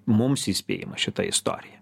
mums įspėjimas šita istorija